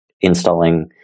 installing